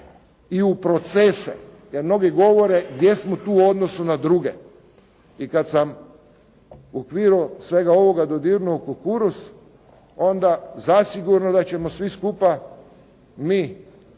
i u procese, jer mnogi govore gdje smo tu u odnosu na druge. I kad sam u okviru svega ovoga dodirnuo kukuruz, onda zasigurno da ćemo svi skupa mi